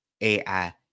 AI